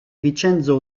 vincenzo